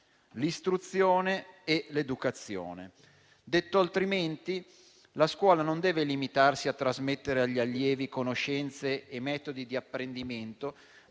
l'istruzione e l'educazione. Detto altrimenti, la scuola non deve limitarsi a trasmettere agli allievi conoscenze e metodi di apprendimento,